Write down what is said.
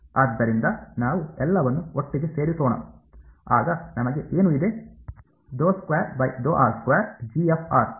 ಆದ್ದರಿಂದ ನಾವು ಎಲ್ಲವನ್ನೂ ಒಟ್ಟಿಗೆ ಸೇರಿಸೋಣ ಆಗ ನಮಗೆ ಏನು ಇದೆ